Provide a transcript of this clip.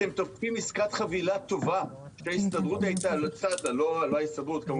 אתם תוקפים עסקת חבילה טובה שההסתדרות הייתה צד לה כמובן.